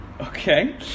Okay